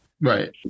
right